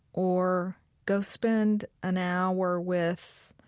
or go spend an hour with